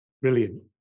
brilliant